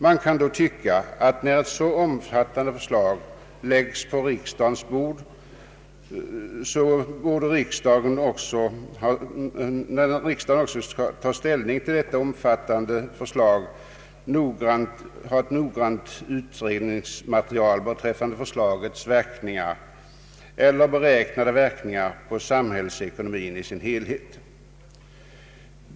Man kan då tycka att när ett så omfattande förslag läggs på riksdagens bord borde riksdagen också vid sitt ställningstagande ha ett noggrant utredningsmaterial beträffande förslagets beräknade verkningar på samhällsekonomin i dess helhet.